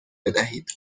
بدهید